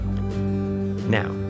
Now